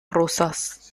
rusos